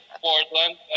Portland